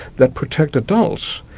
that protect adults,